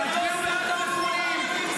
תצביעו בעד המפונים,